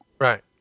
Right